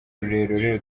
rurerure